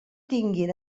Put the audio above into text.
tinguin